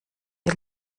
ihr